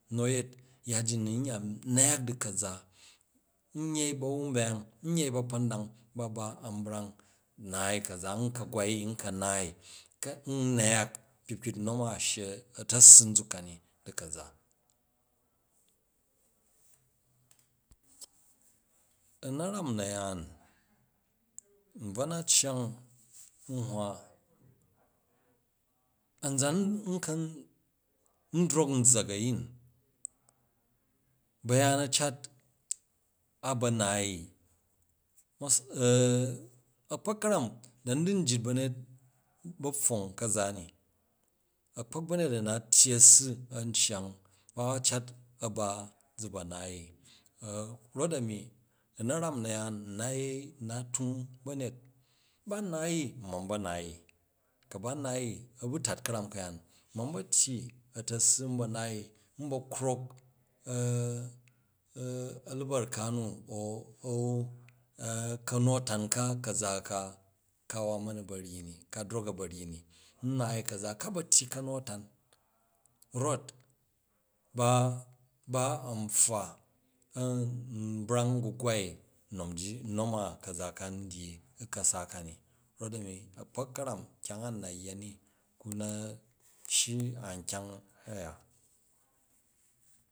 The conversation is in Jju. Nu a̱ yet yya ji u̱ nu̱ ya nyak di ka̱za nyei ba̱wambeyang n yei ba̱kpa̱ndang ba ba a̱n brang u naai ka̱za u̱ ka gwai nka naai, n nyak kpikpit nnom a shyi a̱ta̱ssu nzuk kani di ka̱za u na̱ram na̱yaan n bvo na ayang n hwa a̱nzan n kan n dowk n zzak a̱yin, ba̱yaan a cat a ba̱ naai i a̱kpa̱k ka̱ram, dani di ryit ba̱ nyet, ba̱pfong ka̱za ni, a̱kpa̱k ba̱nyet a̱na tyyi a̱ssu an cyang bawa cat a̱ ba zu̱ ba̱ naai i rot a̱ni u na̱ram na̱yaan u na tung ba̱nyet ban nnaai i u man ba̱ naai i, ku ba̱n nnaai i a̱bu tat ka̱ram ka̱yaan n man ba̱ tyyi a̱ta̱ssu nba naai i n ba krok a̱lubarka nu au ka̱nu-a̱tan ka ka̱za ka ka wa ma̱ nu ba ryyi ni ka drok aba ryyi ni n naai ka̱za ka ba̱ tyyi ka̱nu-a̱tan rot ba ba a̱n pffa a̱n brang gugwai nom ji nom a ka̱za ka ndyyi u̱ ka̱za kani rot a̱mi a̱kpak ka̱ram kyang a n na yya ni kuna shyi an kyang a̱ya.